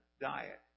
diet